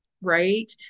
Right